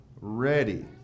ready